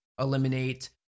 eliminate